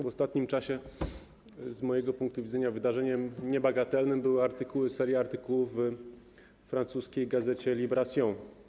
W ostatnim czasie z mojego punktu widzenia wydarzeniem niebagatelnym były artykuły, seria artykułów we francuskiej gazecie „Libération”